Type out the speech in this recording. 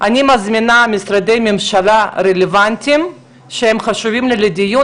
אני מזמינה משרדי ממשלה רלוונטיים שהם חשובים לי לדיון,